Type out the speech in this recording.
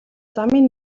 замын